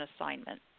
assignment